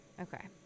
Okay